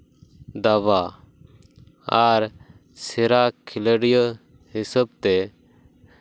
ᱫᱟᱵᱟ ᱟᱨ ᱥᱮᱨᱟ ᱠᱷᱮᱞᱳᱰᱤᱭᱟᱹ ᱦᱤᱥᱟᱹᱵᱛᱮ